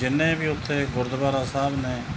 ਜਿੰਨੇ ਵੀ ਉੱਥੇ ਗੁਰਦੁਆਰਾ ਸਾਹਿਬ ਨੇ